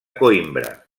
coïmbra